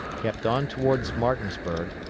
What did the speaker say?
kept on towards martinsburg,